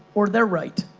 or they're right.